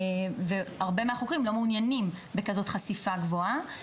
והרבה מהחוקרים לא מעוניינים בחשיפה גבוהה כזאת.